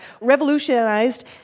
revolutionized